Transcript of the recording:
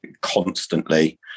constantly